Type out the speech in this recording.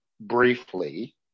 briefly